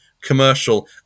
Commercial